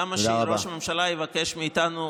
למה שראש הממשלה יבקש מאיתנו,